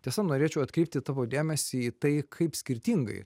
tiesa norėčiau atkreipti tavo dėmesį į tai kaip skirtingai